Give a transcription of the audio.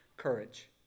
Courage